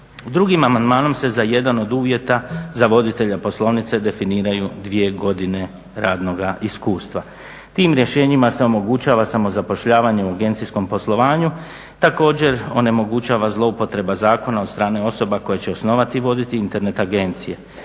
Drugim amandmanom se za jedan od uvjeta za voditelja poslovnice definiraju dvije godine radnoga iskustva. Tim rješenjima se omogućava samozapošljavanje u agencijskom poslovanju, također onemogućava zloupotreba zakona od strane osoba koje će osnovati i voditi Internet agencije.